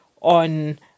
on